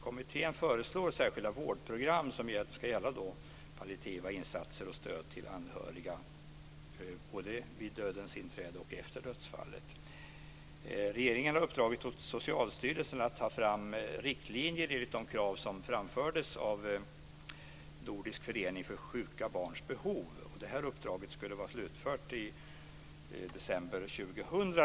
Kommittén föreslår särskilda vårdprogram som ska gälla palliativa insatser och stöd till anhöriga, både vid dödens inträde och efter dödsfallet. Regeringen har uppdragit åt Socialstyrelsen att ta fram riktlinjer enligt de krav som framfördes av Nordisk förening för sjuka barns behov. Detta uppdrag skulle ha varit slutfört redan i december 2000.